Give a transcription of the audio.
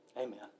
Amen